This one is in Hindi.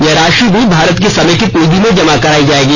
यह राशि भी भारत की समेकित निधि में जमा कराई जाएगी